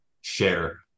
share